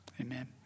Amen